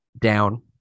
Down